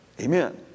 Amen